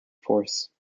force